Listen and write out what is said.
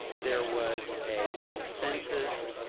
there was a consensus,